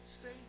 stay